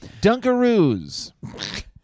Dunkaroos